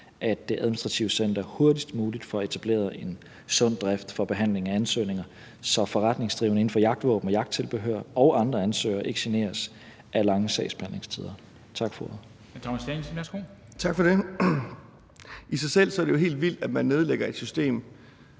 at Politiets Administrative Center hurtigst muligt får etableret en sund drift for behandlingen af ansøgninger, så forretningsdrivende inden for jagtvåben og jagttilbehør og andre ansøgere ikke generes af lange sagsbehandlingstider. Tak for ordet. Kl. 13:24 Formanden (Henrik Dam